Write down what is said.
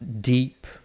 deep